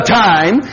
time